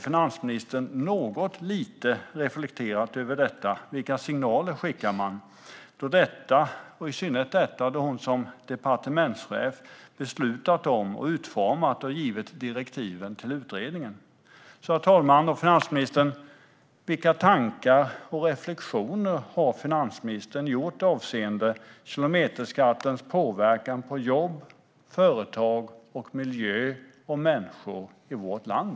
Finansministern måste såklart ha reflekterat något lite över vilka signaler man skickar, i synnerhet då hon som departementschef har beslutat om, utformat och gett direktiven till utredningen. Herr talman! Vilka tankar och reflektioner har finansministern haft avseende kilometerskattens påverkan på jobb, företag, miljö och människor i vårt land?